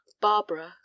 barbara